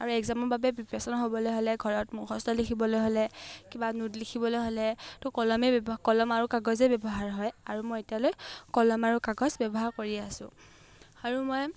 আৰু একজামৰ বাবে প্ৰিপেয়াৰেশ্যন হ'বলৈ হ'লে ঘৰত মুখস্থ লিখিবলৈ হ'লে কিবা নোট লিখিবলৈ হ'লে তো কলমেই ব্যৱহাৰ কলম আৰু কাগজেই ব্যৱহাৰ হয় আৰু মই এতিয়ালৈ কলম আৰু কাগজ ব্যৱহাৰ কৰি আছোঁ আৰু মই